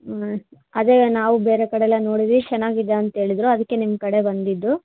ಹ್ಞೂ ಅದೇ ನಾವೂ ಬೇರೆ ಕಡೆ ಎಲ್ಲ ನೋಡಿದ್ವಿ ಚೆನ್ನಾಗಿದೆ ಅಂತ ಹೇಳಿದ್ರು ಅದಕ್ಕೆ ನಿಮ್ಮ ಕಡೆ ಬಂದಿದ್ದು